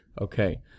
Okay